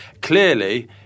clearly